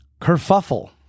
Kerfuffle